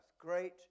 great